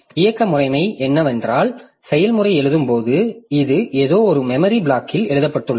இயக்க முறைமை என்னவென்றால் செயல்முறை எழுதும் போது இது ஏதோ மெமரி பிளாக்கில் எழுதப்பட்டுள்ளது